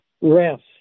rest